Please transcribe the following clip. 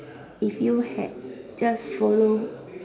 if you had just follow